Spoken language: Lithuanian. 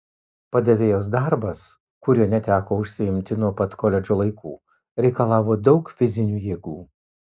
padavėjos darbas kuriuo neteko užsiimti nuo pat koledžo laikų reikalavo daug fizinių jėgų